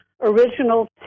original